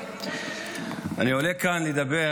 אני עולה לכאן לדבר